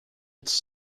its